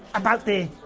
about the,